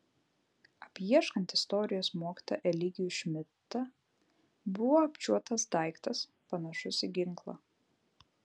apieškant istorijos mokytoją eligijų šmidtą buvo apčiuoptas daiktas panašus į ginklą